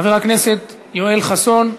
חבר הכנסת יואל וחסון,